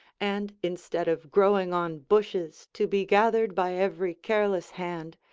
and instead of growing on bushes to be gathered by every careless hand,